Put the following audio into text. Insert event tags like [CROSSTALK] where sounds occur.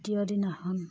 [UNINTELLIGIBLE] দিনাখন